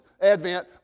Advent